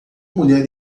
mulher